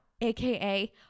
AKA